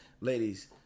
Ladies